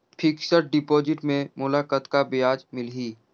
Fixed deposit मे मोला कतका ब्याज मिलही?